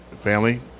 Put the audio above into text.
family